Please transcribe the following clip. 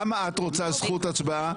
למה את רוצה זכות הצבעה?